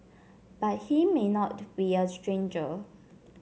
but he may not be a stranger